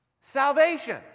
salvation